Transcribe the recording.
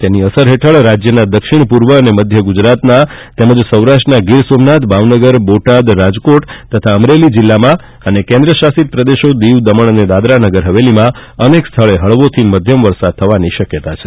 તેની અસર હેઠળ રાજ્યના દક્ષિણ પૂર્વ અને મધ્ય ગુજરાતના તેમજ સૌરાષ્ટ્રના ગીર સોમનાથ ભાવનગર બોટાદ રાજકોટ અમરેલી જિલ્લામાં અને કેન્દ્ર શાસિત પ્રદેશો દીવ દમણ અને દાદરાનગર હવેલીમાં અનેક સ્થળે હળવાથી મધ્યમ વરસાદ થવાની શક્યતા છે